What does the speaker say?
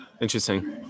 Interesting